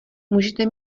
můžete